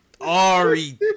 Ari